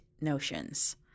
notions